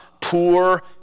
poor